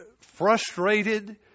frustrated